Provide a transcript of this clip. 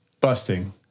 busting